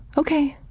ok.